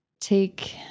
take